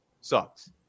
Sucks